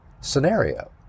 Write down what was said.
scenario